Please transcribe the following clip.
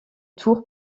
tour